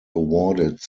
awarded